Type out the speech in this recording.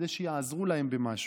כדי שיעזרו להם במשהו,